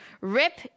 rip